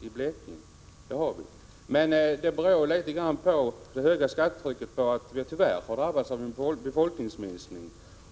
i Blekinge. Men det höga skattetrycket beror till viss del på att vi tyvärr har drabbats av en befolkningsminskning.